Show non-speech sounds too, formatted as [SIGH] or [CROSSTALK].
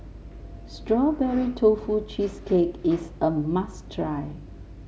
[NOISE] Strawberry Tofu Cheesecake is a must try